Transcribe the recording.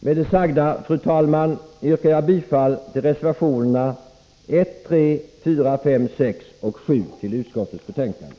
Med det sagda, fru talman, yrkar jag bifall till reservationerna 1, 3, 4, 5, 6 och 7 till utskottets betänkande.